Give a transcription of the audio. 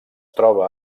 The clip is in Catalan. troba